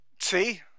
See